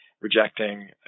rejecting